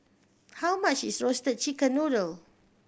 how much is Roasted Chicken Noodle